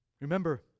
Remember